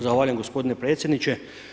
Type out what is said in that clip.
Zahvaljujem gospodine predsjedniče.